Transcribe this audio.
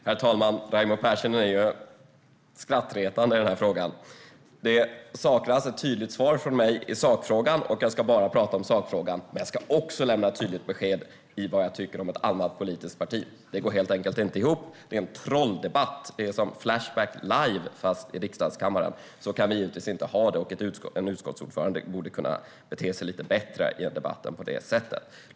Herr talman! Raimo Pärssinen är skrattretande i denna fråga: Det saknas ett tydligt svar från mig i sakfrågan, och jag ska bara prata om sakfrågan men också lämna ett tydligt besked om vad jag tycker om ett annat politiskt parti. Det går helt enkelt inte ihop. Detta är en trolldebatt, som Flashback live fast i riksdagskammaren. Så kan vi givetvis inte ha det, och en utskottsordförande borde kunna bete sig lite bättre än så i en debatt.